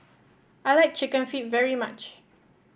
I like chicken feet very much